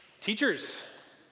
Teachers